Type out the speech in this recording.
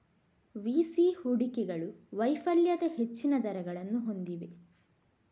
VC ಹೂಡಿಕೆಗಳು ವೈಫಲ್ಯದ ಹೆಚ್ಚಿನ ದರಗಳನ್ನು ಹೊಂದಿವೆ